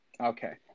Okay